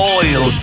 oil